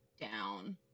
down